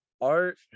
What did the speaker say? art